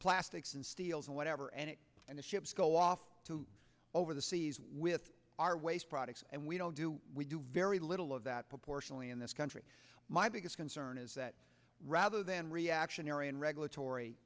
plastics and steels and whatever and it and the ships go off to over the seas with our waste products and we don't do we do very little of that proportionately in this country my biggest concern is that rather than reactionary and regulatory